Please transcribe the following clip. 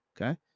okay